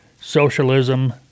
socialism